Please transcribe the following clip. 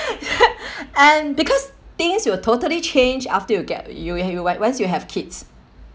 and because things will totally change after you get you once you have kids